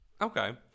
Okay